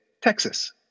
Texas